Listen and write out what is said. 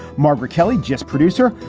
margaret kelly, just producer,